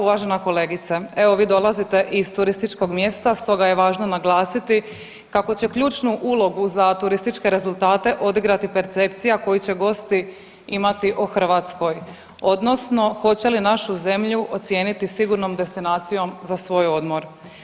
Uvažena kolegice, evo vi dolazite iz turističkog mjesta, stoga je važno naglasiti kako će ključnu ulogu za turističke rezultate odigrati percepcija koju će gosti imati o Hrvatskoj odnosno hoće li našu zemlju ocijeniti sigurnom destinacijom za svoj odmor.